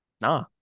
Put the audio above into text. nah